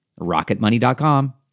Rocketmoney.com